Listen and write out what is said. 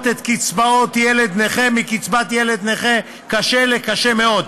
את קצבאות ילד נכה מ"קצבת ילד נכה קשה" ל"קשה מאוד"